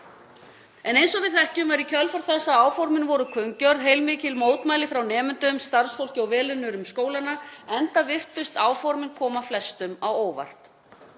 Eins og við þekkjum urðu í kjölfar þess að áformin voru kunngjörð heilmikil mótmæli frá nemendum, starfsfólki og velunnurum skólanna, enda virtust áformin koma flestum á óvart.